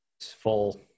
full